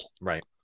Right